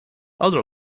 other